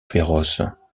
féroces